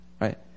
Right